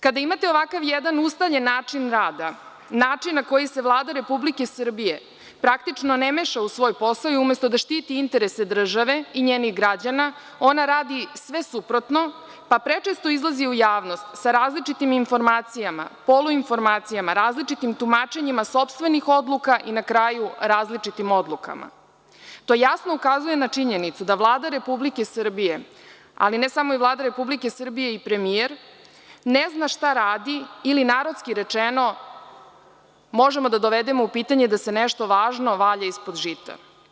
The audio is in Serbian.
Kada imate ovakav jedan ustaljen način rada, način na koji se Vlada Republike Srbije praktično ne meša u svoj posao i umesto da štiti interese države i njenih građana, ona radi sve suprotno, pa prečesto izlazi u javnost sa različitim informacijama, poluinformacijama, različitim tumačenjima sopstvenih odluka i na kraju različitim odlukama, to jasno ukazuje na činjenicu da Vlada Republike Srbije, ali ne samo Vlada Republike Srbije, i premijer, ne zna šta radi ili narodski rečeno – možemo da dovedemo u pitanje da se nešto važno valja ispod žita.